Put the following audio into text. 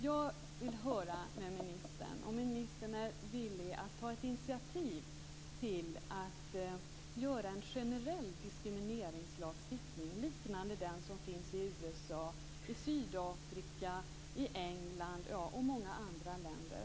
Jag vill höra om ministern är villig att ta ett initiativ till att införa en generell diskrimineringslagstiftning liknande den som finns i USA, i Sydafrika, i England och i många andra länder.